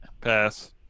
pass